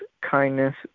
kindness